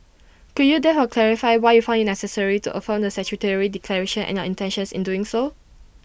could you therefore clarify why you found IT necessary to affirm the statutory declaration and your intentions in doing so